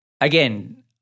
Again